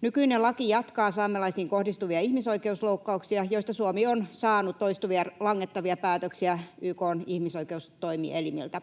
Nykyinen laki jatkaa saamelaisiin kohdistuvia ihmisoikeusloukkauksia, joista Suomi on saanut toistuvia langettavia päätöksiä YK:n ihmisoikeustoimielimiltä.